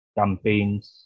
campaigns